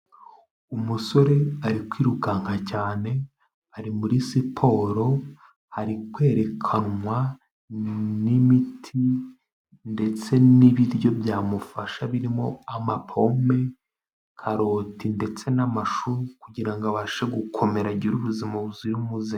Umusore ari kwirukanka cyane, ari muri siporo, hari kwerekanwa n'imiti ndetse n'ibiryo byamufasha birimo amapome, karoti ndetse n'amashuri kugira ngo abashe gukomera, agire ubuzima buzira umuze.